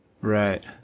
Right